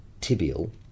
tibial